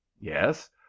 Yes